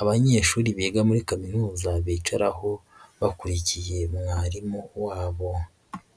abanyeshuri biga muri kaminuza bicaraho bakurikiye mwarimu wabo.